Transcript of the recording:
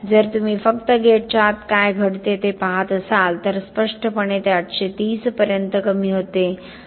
जर तुम्ही फक्त गेटच्या आत काय घडते ते पाहत असाल तर स्पष्टपणे ते 830 पर्यंत कमी होते